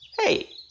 Hey